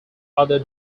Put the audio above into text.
other